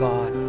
God